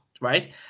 right